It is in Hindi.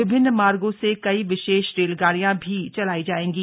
विभिन्न मार्गों से कई विशेष रेलगाड़ियां भी चलाई जाएंगी